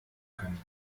können